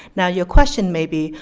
now your question may be,